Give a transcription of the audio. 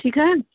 ठीक है